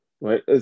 Right